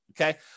Okay